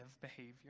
behavior